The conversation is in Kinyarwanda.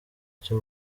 cyo